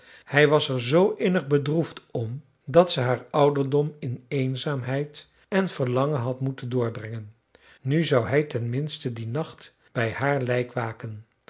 hij was er zoo innig bedroefd om dat ze haar ouderdom in eenzaamheid en verlangen had moeten doorbrengen nu zou hij ten minste dien nacht bij haar lijk waken